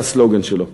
זה הסלוגן שלו.